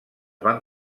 van